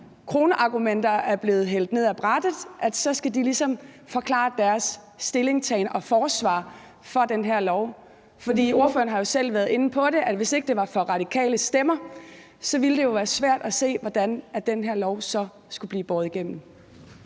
kronargumenter er blevet hældt ned af brættet, skal de ligesom forklare deres stillingtagen og forsvar for den her lov. Ordføreren har jo selv været inde på, at hvis ikke det var for De Radikales stemmer, ville det jo være svært at se, hvordan den her lov så skulle blive båret igennem.